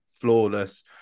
flawless